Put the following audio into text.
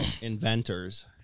inventors